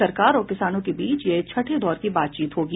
सरकार और किसानों के बीच यह छठे दौर की बातचीत होगी